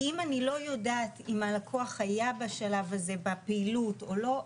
כי אם אני לא יודעת אם הלקוח היה בשלב הזה בפעילות או לא,